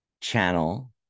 channel